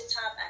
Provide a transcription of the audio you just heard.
top